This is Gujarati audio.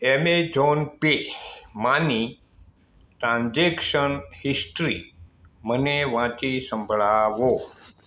એમેજોન પે માંની ટ્રાન્ઝેક્શન હિસ્ટ્રી મને વાંચી સંભળાવો